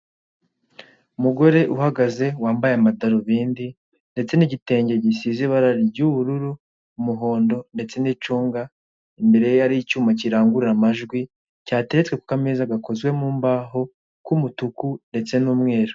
Umugore uhagaze wambaye amadarubindi ndetse n'igitenge gisize ibara ry'ubururu. umuhondo ndetse n'icunga imbere ye hari icyuma kirangurura amajwi cyateretswe ku kameza gakozwe mu mbaho k'umutuku ndetse n'umweru.